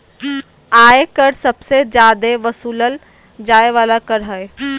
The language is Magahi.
आय कर सबसे जादे वसूलल जाय वाला कर हय